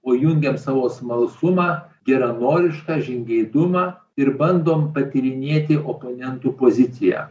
o jungiam savo smalsumą geranorišką žingeidumą ir bandom patyrinėti oponentų poziciją